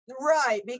Right